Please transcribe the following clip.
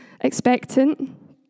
expectant